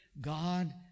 God